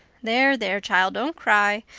there, there, child, don't cry.